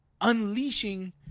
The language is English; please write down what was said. unleashing